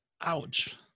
Ouch